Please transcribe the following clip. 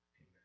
Amen